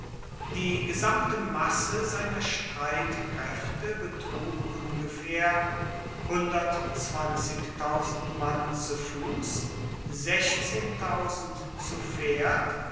die gesamte masse seiner streitkraefte betrug ungefaehr mann zu fuss zu pferd